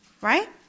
Right